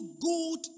good